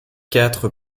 quatre